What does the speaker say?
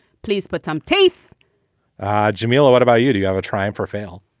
please put some teeth jamila, what about you? do you ever try and for fail?